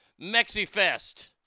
Mexi-fest